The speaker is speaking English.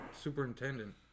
superintendent